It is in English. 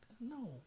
No